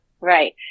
Right